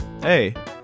hey